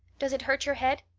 does it hurt your head?